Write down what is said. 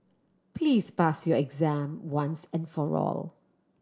please pass your exam once and for all